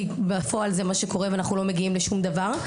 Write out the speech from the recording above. כי בפועל זה מה שקורה כרגע ואנחנו לא מגיעים לשום דבר.